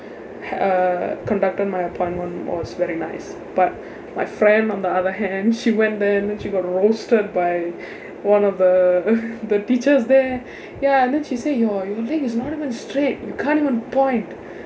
uh conducted my appointment was very nice but my friend on the other hand she went there then she got roasted by one of the the teachers there ya and then she say your your leg is not even straight you can't even point